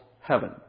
heaven